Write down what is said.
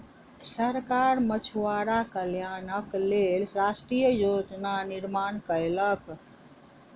सरकार मछुआरा कल्याणक लेल राष्ट्रीय योजना निर्माण कयलक